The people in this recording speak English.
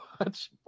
watch